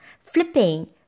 flipping